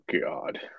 God